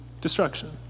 destruction